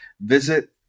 visit